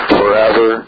forever